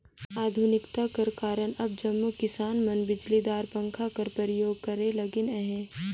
आधुनिकता कर कारन अब जम्मो किसान मन बिजलीदार पंखा कर परियोग करे लगिन अहे